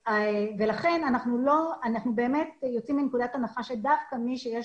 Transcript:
ולכן אנחנו יוצאים מנקודת הנחה שדווקא מי שיש